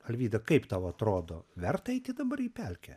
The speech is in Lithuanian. alvyda kaip tau atrodo verta eiti dabar į pelkę